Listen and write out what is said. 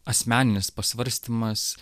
asmeninis pasvarstymas